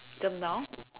jump down